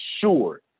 sure